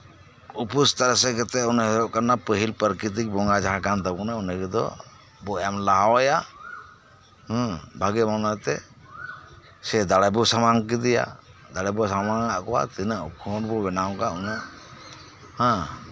ᱩᱯᱟᱹᱥ ᱛᱟᱨᱥᱮ ᱠᱟᱛᱮᱜ ᱯᱟᱹᱦᱤᱞ ᱯᱨᱟᱠᱤᱨᱛᱤᱠ ᱵᱚᱸᱜᱟ ᱡᱟᱸᱦᱟ ᱠᱟᱱ ᱛᱟᱵᱳᱱᱟ ᱚᱱᱰᱮ ᱵᱚᱱ ᱮᱢ ᱞᱟᱦᱟ ᱟᱭᱟ ᱵᱷᱟᱹᱜᱤ ᱢᱚᱱᱮᱛᱮ ᱥᱮ ᱫᱟᱲᱮ ᱵᱚᱱ ᱥᱟᱢᱟᱝ ᱠᱮᱫᱮᱭᱟ ᱫᱟᱲᱮ ᱵᱚᱱ ᱥᱟᱢᱟᱝ ᱟᱜ ᱠᱚᱣᱟ ᱛᱤᱱᱟᱹᱜ ᱠᱷᱚᱱᱰ ᱵᱚᱱ ᱵᱮᱱᱟᱣ ᱮᱫᱟ ᱩᱱᱟᱹᱜ ᱦᱮᱸ